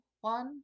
one